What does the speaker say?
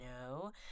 no